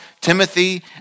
Timothy